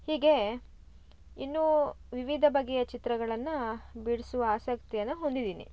ಹೀಗೇ ಇನ್ನೂ ವಿವಿಧ ಬಗೆಯ ಚಿತ್ರಗಳನ್ನು ಬಿಡಿಸುವ ಆಸಕ್ತಿಯನ್ನು ಹೊಂದಿದೀನಿ